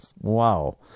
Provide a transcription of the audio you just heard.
Wow